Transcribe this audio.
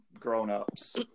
grown-ups